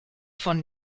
von